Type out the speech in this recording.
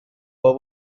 wel